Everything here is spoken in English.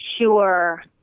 Sure